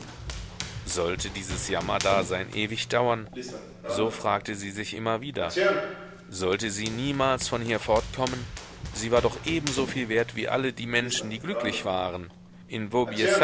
sollte dieses jammerdasein ewig dauern so fragte sie sich immer wieder sollte sie niemals von hier fortkommen sie war doch ebensoviel wert wie alle die menschen die glücklich waren in